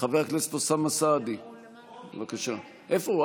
חבר הכנסת אוסאמה סעדי, בבקשה, איפה הוא?